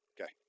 Okay